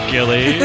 Gilly